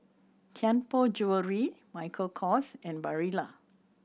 Tianpo Jewellery Michael Kors and Barilla